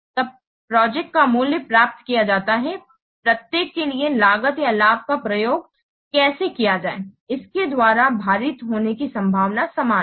तब परियोजना का मूल्य प्राप्त किया जाता है प्रत्येक के लिए लागत या लाभ का योग कैसे किया जाए इसके द्वारा भारित होने की संभावना समान है